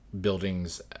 buildings